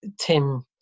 tim